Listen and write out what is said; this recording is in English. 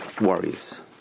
worries